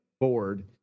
board